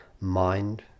mind